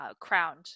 crowned